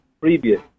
previous